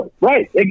Right